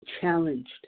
challenged